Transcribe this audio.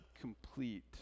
complete